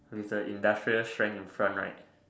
theres a industrial strength in front right